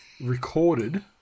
recorded